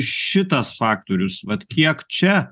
šitas faktorius vat kiek čia